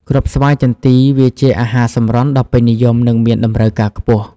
គ្រប់ស្វាយចន្ទី វាជាអាហារសម្រន់ដ៏ពេញនិយម និងមានតម្រូវការខ្ពស់។